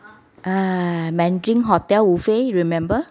err mandarin hotel buffet remember